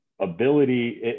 ability